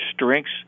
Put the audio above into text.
strengths